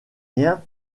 rien